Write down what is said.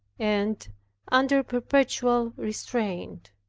and under perpetual restraint.